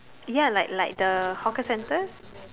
ya like like the hawker center